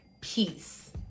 peace